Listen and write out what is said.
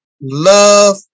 Love